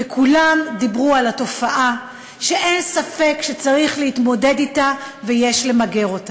וכולם דיברו על התופעה שאין ספק שצריך להתמודד אתה ויש למגר אותה.